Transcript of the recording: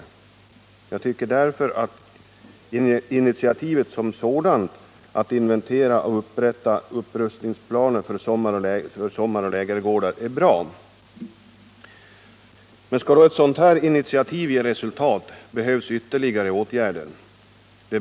Därför tycker jag att initiativet att inventera och upprätta upprustningsplaner för sommaroch lägergårdar är bra. Skall ett sådant här initiativ ge resultat behövs emellertid ytterligare åtgärder.